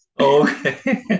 Okay